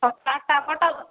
তো তা টাকাটা